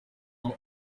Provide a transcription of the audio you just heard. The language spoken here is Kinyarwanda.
naho